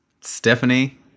Stephanie